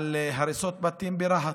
על הריסות בתים ברהט.